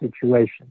situation